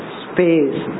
space